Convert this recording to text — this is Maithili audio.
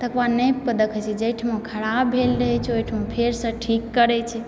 तकरबाद नापिके देखैत छै जाहिठमाँ खराब भेल रहैत छै ओइठमाँ फेरसँ ठीक करैत छै